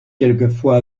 quelquefois